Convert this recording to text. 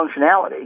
functionality